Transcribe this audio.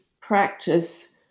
practice